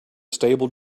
stable